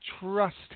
trust